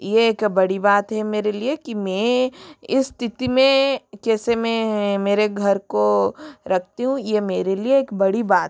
ये एक बड़ी बात है मेरे लिए कि ममैं इस स्तिथि में केसे मैं मेरे घर को रखती हूँ ये मेरे लिए एक बड़ी बात है